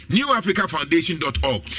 NewAfricaFoundation.org